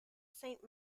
saint